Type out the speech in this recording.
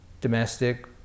domestic